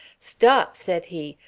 stop! said he.